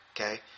Okay